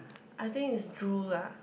I think is drew lah